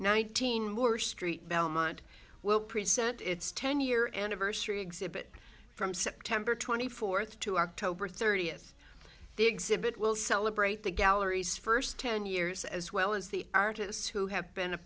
nineteen more street belmont well preset its ten year anniversary exhibit from september twenty fourth to october thirtieth the exhibit will celebrate the gallery's first ten years as well as the artists who have been a